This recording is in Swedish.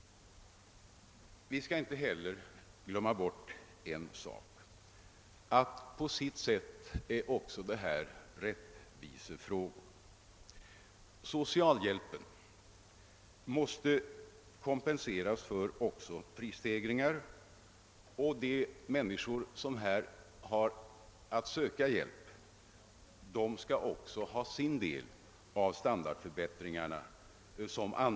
Vi skall inte heller glömma bort en annan sak. På sitt sätt är allt detta rättvisefrågor. Även socialhjälpen måste kompenseras för prisstegringar, och även de människor som här har att söka hjälpen skall liksom andra ha sin del av standardförbättringarna.